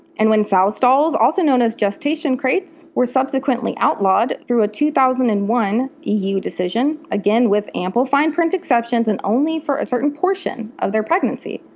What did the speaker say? and when sow stalls, also known as gestation crates, were subsequently outlawed through a two thousand and one eu decision, again with ample fine-print exceptions and only for a certain portion of their pregnancy,